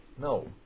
No